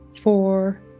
four